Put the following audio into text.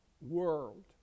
world